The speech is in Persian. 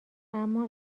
اما